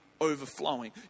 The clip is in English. overflowing